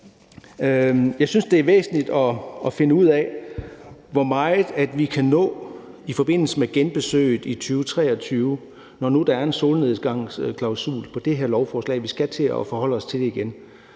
Jeg synes, det er væsentligt at finde ud af, hvor meget vi kan nå i forbindelse genbesøget i 2023, når der nu er en solnedgangsklausul på det her lovforslag; vi skal til at forholde os til det igen.